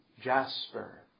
jasper